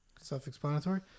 self-explanatory